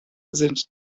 sind